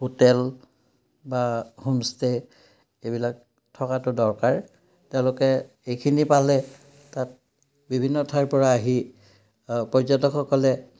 hotel বা homestay এইবিলাক থকাটো দৰকাৰ তেওঁলোকে এইখিনি পালে তাত বিভিন্ন ঠাইৰপৰা আহি পৰ্যটকসকলে